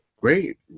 great